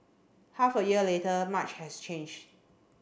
half a year later much has changed